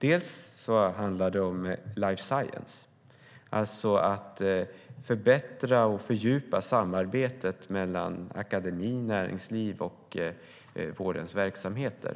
Det handlar bland annat om life science, alltså om att förbättra och fördjupa samarbetet mellan akademi, näringsliv och vårdens verksamheter.